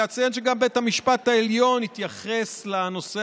ואציין שגם בית המשפט העליון התייחס לנושא